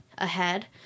ahead